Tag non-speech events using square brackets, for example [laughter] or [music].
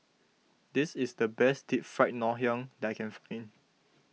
this is the best Deep Fried Ngoh Hiang that I can [unintelligible]